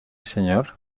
señor